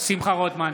שמחה רוטמן,